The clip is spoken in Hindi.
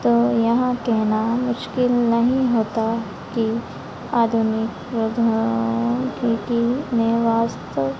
तो यह कहना मुश्किल नहीं होता कि आधुनिक प्रौद्योगिकी ने वास्तव